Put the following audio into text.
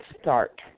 start